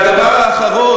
והדבר האחרון,